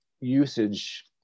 usage